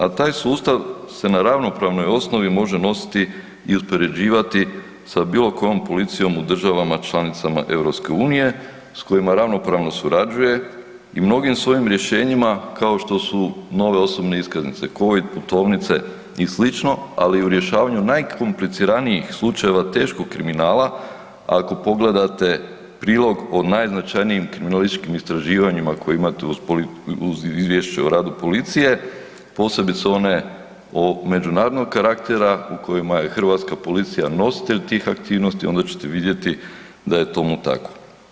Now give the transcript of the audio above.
A taj sustav se na ravnopravnoj osnovi može nositi i uspoređivati sa bilo kojom policijom u državama članicama EU s kojima ravnopravno surađuje i mnogim svojim rješenjima kao što su nove osobe iskaznice, Covid putovnice i sl., ali i u rješavanju najkompliciranijih slučajeva teškog kriminala, ako pogledate prilog o najznačajnijim kriminalističkim istraživanjima koje imate uz izvješće o radu policije, posebice one o međunarodnog karaktera u kojima je hrvatska policija nositelj tih aktivnosti, onda ćete vidjeti da je tomu tako.